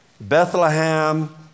Bethlehem